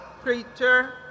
preacher